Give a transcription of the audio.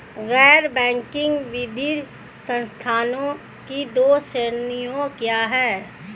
गैर बैंकिंग वित्तीय संस्थानों की दो श्रेणियाँ क्या हैं?